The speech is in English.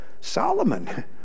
Solomon